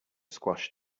squashed